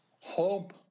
Hope